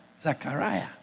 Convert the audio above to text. Zachariah